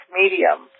medium